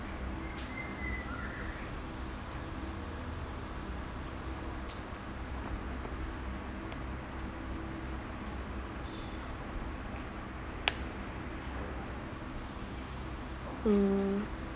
hmm